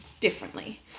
differently